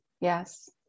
Yes